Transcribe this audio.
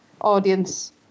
audience